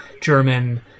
German